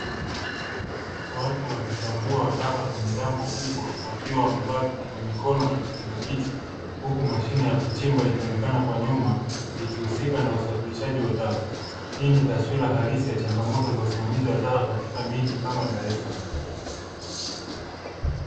Watu wakichambua taka kwenye dampo kubwa wakiwa wamevaa vikinga mikono na vikinga kichwa, huku mashine ya kuchimba ikionekana kwa nyuma ikihusika na usafirishaji wa taka. Hii ni taswira halisi ya changamoto za usimamizi wa taka katika miji kama Dar es Salaam.